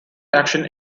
action